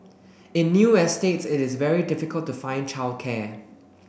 in new estates it is very difficult to find childcare